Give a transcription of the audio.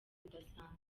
budasanzwe